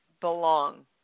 belong